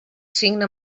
signa